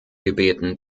gebeten